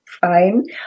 fine